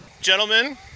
Gentlemen